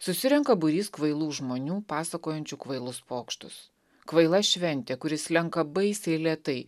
susirenka būrys kvailų žmonių pasakojančių kvailus pokštus kvaila šventė kuri slenka baisiai lėtai